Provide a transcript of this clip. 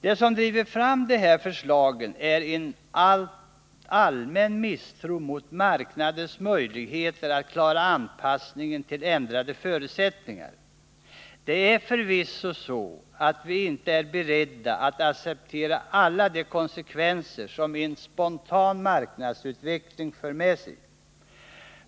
Det som driver fram de här förslagen är en allmän misstro mot marknadens möjligheter att klara anpassningen till ändrade förutsättningar. Det är förvisso så att vi inte är beredda att acceptera alla de konsekvenser som en spontan marknadsutveckling för med sig.